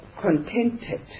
contented